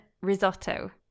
risotto